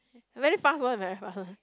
very fast one very fast one